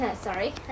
Sorry